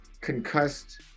concussed